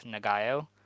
Nagayo